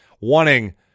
wanting